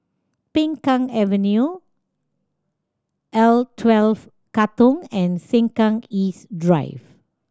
Peng Kang Avenue L Twelve Katong and Sengkang East Drive